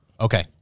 Okay